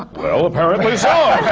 well, apparently so! oh,